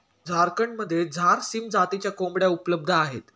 झारखंडमध्ये झारसीम जातीच्या कोंबड्या उपलब्ध आहेत